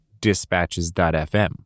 dispatches.fm